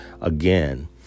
again